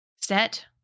set